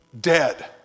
Dead